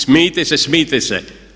Smijte se, smijte se.